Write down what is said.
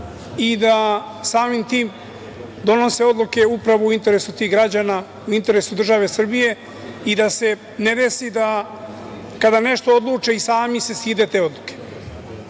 i da samim tim donose odluke upravo u interesu tih građana, u interesu države Srbije i da se ne desi da kada nešto odluče i sami se stide te odluke. Nadam